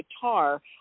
guitar